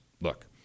Look